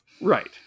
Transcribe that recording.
Right